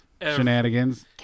shenanigans